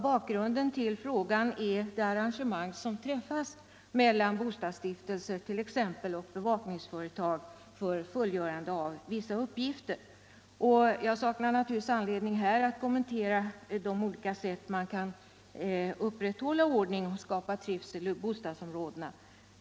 Bakgrunden till min fråga har varit det arrangemang som träffats mellan bostadsstiftelser och bevakningsföretag om fullgörande av vissa uppgifter. Jag saknar naturligtvis här anledning att kommentera de olika sätt varpå man kan upprätthålla ordningen och skapa trivsel i bostadsområdena.